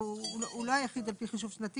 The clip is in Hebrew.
והוא לא היחיד על פי חישוב שנתי,